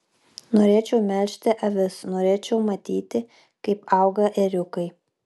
norėčiau melžti avis norėčiau matyti kaip auga ėriukai